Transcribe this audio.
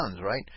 right